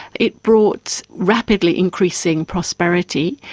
it brought rapidly increasing prosperity,